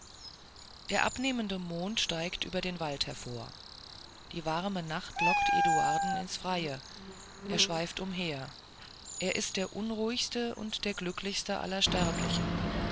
der abnehmende mond steigt über den wald hervor die warme nacht lockt eduarden ins freie er schweift umher er ist der unruhigste und der glücklichste aller sterblichen